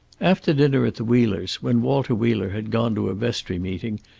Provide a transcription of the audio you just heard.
after dinner at the wheelers', when walter wheeler had gone to a vestry meeting,